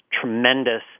tremendous